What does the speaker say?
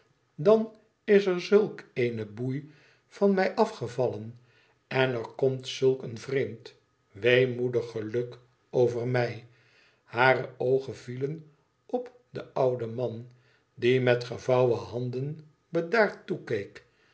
dan is er zulk eene boei van mij afgevallen en er komt zulk een vreemd weemoedig geluk over mij hare oogen vielen op den ouden man die met gevouwen handen bedaard toekeek